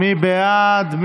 מי בעד?